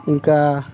ఇంకా